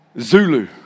Zulu